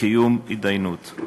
בקיום התדיינות.